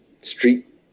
street